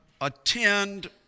attend